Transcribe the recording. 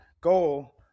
goal